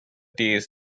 days